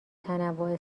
تنوع